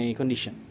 condition